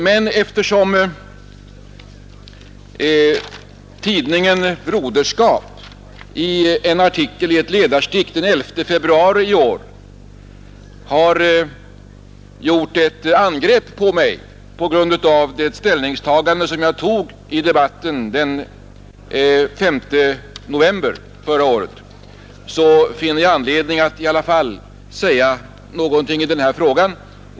Men eftersom tidningen Broderskap i ett ledarstick den 11 februari i år har gjort ett angrepp på mig på grund av den ställning som jag tog i debatten den 5 november förra året, finner jag ändå anledning att säga någonting i denna fråga.